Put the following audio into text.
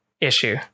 issue